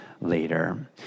later